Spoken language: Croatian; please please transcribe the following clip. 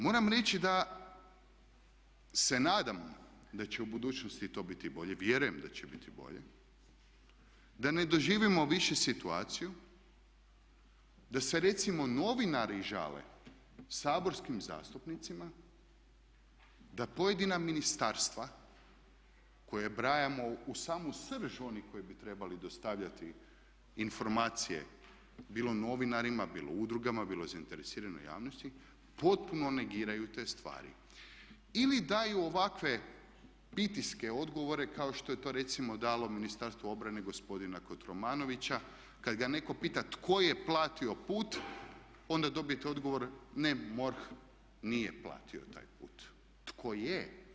Moram reći da se nadam da će u budućnosti i to biti bolje, vjerujem da će biti bolje da ne doživimo više situaciju da se recimo novinari žale saborskim zastupnicima da pojedina ministarstva koje ubrajamo u samu srž onih koji bi trebali dostavljati informacije bilo novinarima, bilo udrugama, bilo zainteresiranoj javnosti potpuno negiraju te stvari ili daju ovakve pitiske, odgovore kao što je to recimo dalo Ministarstvo obrane gospodina Kotromanovića kad ga netko pita tko je platio put onda dobijete odgovor ne MORH nije platio taj put, tko je?